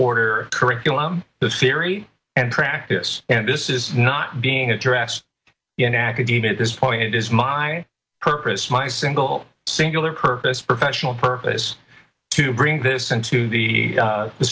order curriculum the theory and practice and this is not being addressed in academia at this point it is my purpose my single singular purpose professional purpose to bring this into the